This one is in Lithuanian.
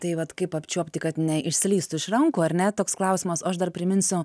tai vat kaip apčiuopti kad neišslystų iš rankų ar ne toks klausimas o aš dar priminsiu